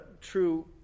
true